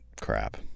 crap